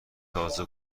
تازه